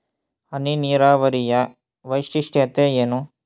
ಹನಿ ನೀರಾವರಿಯ ವೈಶಿಷ್ಟ್ಯತೆ ಏನು?